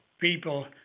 people